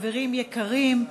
חברים יקרים,